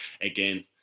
again